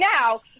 now